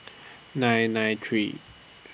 nine nine three